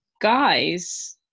guys